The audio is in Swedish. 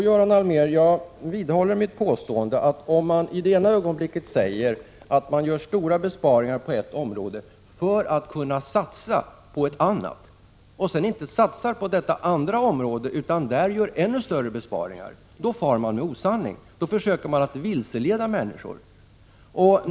Herr talman! Jag vidhåller mitt påstående, Göran Allmér, att om man i ena ögonblicket säger att man gör stora besparingar på ett område för att kunna satsa på ett annat och sedan inte satsar på detta andra område utan där gör ännu större besparingar, då far man med osanning, då försöker man att vilseleda människor.